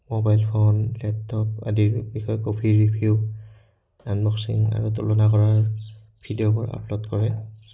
mobile phone laptop আদিৰ বিষয়ে গভীৰ ৰিভিউ আনবক্সিং আৰু তুলনা কৰাৰ ভিডিঅ'বোৰ আপলোড কৰে